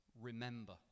remember